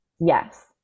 Yes